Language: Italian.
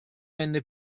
venne